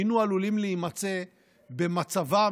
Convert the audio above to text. היינו עלולים להימצא במצבן